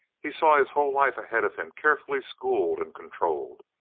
he saw his whole life ahead of him carefully schooled and controlled.